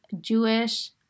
Jewish